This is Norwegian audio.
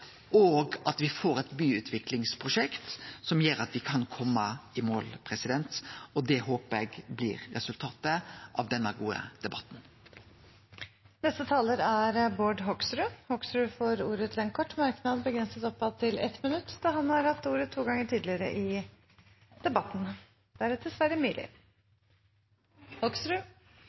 byutviklingsprosjekt som gjer at me kan kome i mål, og det håper eg blir resultatet av denne gode debatten. Representanten Bård Hoksrud har hatt ordet to ganger tidligere og får ordet til en kort merknad, begrenset oppad til 1 minutt.